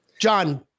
John